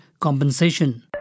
compensation